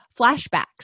flashbacks